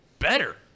Better